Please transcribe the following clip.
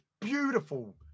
beautiful